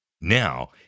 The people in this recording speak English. Now